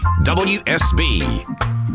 WSB